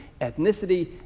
ethnicity